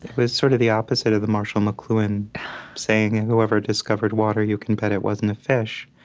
was sort of the opposite of the marshall mcluhan saying, and whoever discovered water, you can bet it wasn't a fish.